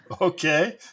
Okay